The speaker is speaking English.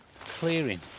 Clearing